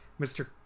Mr